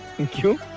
thank you